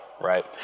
right